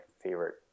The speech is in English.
favorite